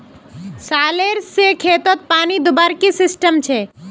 Solar से खेतोत पानी दुबार की सिस्टम छे?